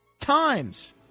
times